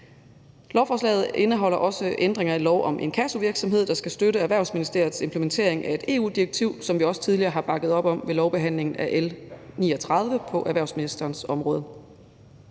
Lovforslaget indeholder også en ændring af lov om inkassovirksomhed, der skal støtte Erhvervsministeriets implementering af et EU-direktiv, som vi også tidligere har bakket op om ved lovbehandlingen af L 39 på erhvervsministerens område.